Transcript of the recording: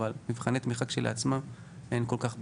אבל מבחני תמיכה שלעצמם אין כל כך,